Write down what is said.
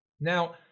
Now